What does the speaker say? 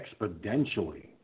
Exponentially